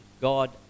God